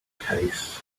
case